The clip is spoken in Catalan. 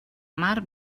mar